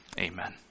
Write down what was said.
Amen